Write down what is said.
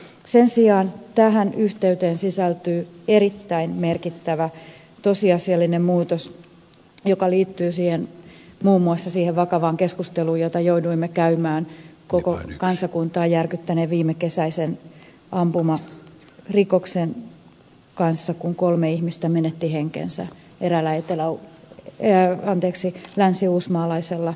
sen sijaan tähän yhteyteen sisältyy erittäin merkittävä tosiasiallinen muutos joka liittyy muun muassa siihen vakavaan keskusteluun jota jouduimme käymään koko kansakuntaa järkyttäneen viimekesäisen ampumarikoksen jälkeen kun kolme ihmistä menetti henkensä eräällä länsiuusmaalaisella huoltoasemalla